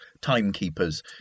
timekeepers